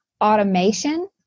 automation